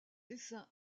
dessin